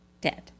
dead